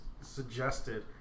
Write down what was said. suggested